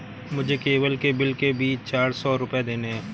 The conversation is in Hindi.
मुझे केबल के बिल के भी चार सौ रुपए देने हैं